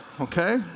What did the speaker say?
okay